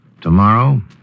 Tomorrow